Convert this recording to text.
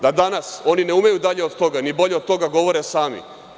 Da danas oni ne umeju dalje od toga, ni bolje od toga govore sami.